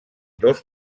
dos